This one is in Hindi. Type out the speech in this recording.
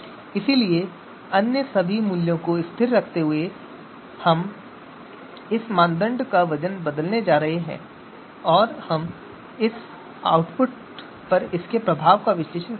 इसलिए अन्य सभी मूल्यों को स्थिर रखते हुए हम इस मानदंड के लिए वजन बदलने जा रहे हैं और हम मॉडल आउटपुट पर इसके प्रभाव का विश्लेषण करेंगे